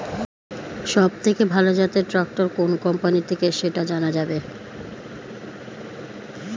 সবথেকে ভালো জাতের ট্রাক্টর কোন কোম্পানি থেকে সেটা জানা যাবে?